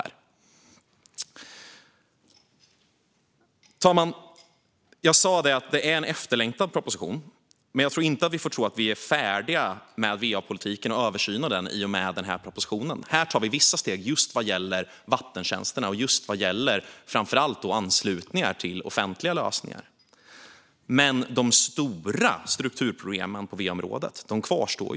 Fru talman! Jag sa att det är en efterlängtad proposition, men vi får inte tro att vi är färdiga med va-politiken och översynen av den i och med den här propositionen. Här tar vi vissa steg just vad gäller vattentjänsterna och just vad gäller framför allt anslutningar till offentliga lösningar. Men de stora strukturproblemen på va-området kvarstår.